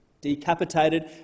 decapitated